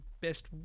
best